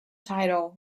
title